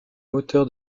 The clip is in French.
moteur